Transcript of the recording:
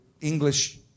English